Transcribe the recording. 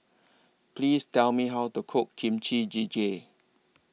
Please Tell Me How to Cook Kimchi Jjigae